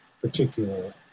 particular